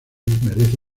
merece